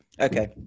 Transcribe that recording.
Okay